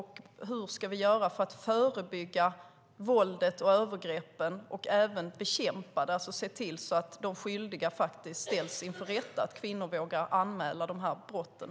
Hur ska vi göra för att förebygga och bekämpa våldet och övergreppen så att de skyldiga ställs inför rätta, så att kvinnor våga anmäla brotten?